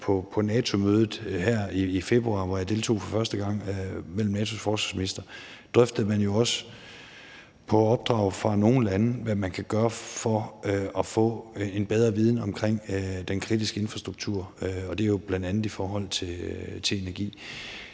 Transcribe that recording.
på NATO-topmødet her i februar, hvor jeg deltog for første gang, mellem NATO's forsvarsministre, drøftede man jo også på opdrag fra nogle lande, hvad man kan gøre for at få en bedre viden om den kritiske infrastruktur, og det er jo bl.a. i forhold til energi.